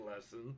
lesson